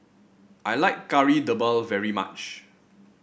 I like Kari Debal very much